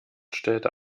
stellte